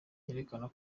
yerekana